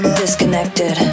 disconnected